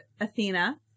Athena